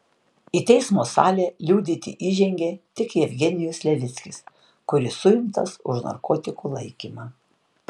į teismo salę liudyti įžengė tik jevgenijus levickis kuris suimtas už narkotikų laikymą